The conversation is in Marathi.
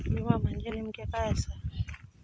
विमा म्हणजे नेमक्या काय आसा?